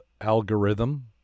algorithm